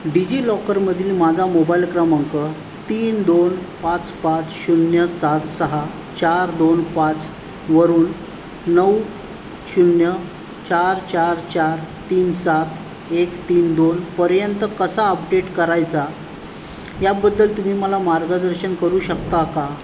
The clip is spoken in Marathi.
डिजिलॉकरमधील माझा मोबाईल क्रमांक तीन दोन पाच पाच शून्य सात सहा चार दोन पाच वरून नऊ शून्य चार चार चार तीन सात एक तीन दोनपर्यंत कसा अपडेट करायचा याबद्दल तुम्ही मला मार्गदर्शन करू शकता का